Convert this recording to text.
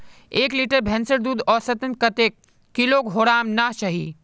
एक लीटर भैंसेर दूध औसतन कतेक किलोग्होराम ना चही?